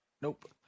nope